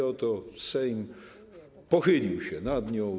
Oto Sejm pochylił się nad nią.